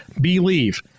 believe